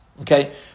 okay